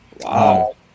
Wow